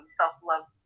self-love